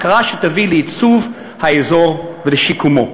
הכרה שתביא לייצוב האזור ולשיקומו.